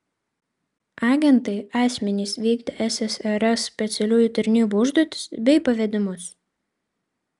agentai asmenys vykdę ssrs specialiųjų tarnybų užduotis bei pavedimus